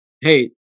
hey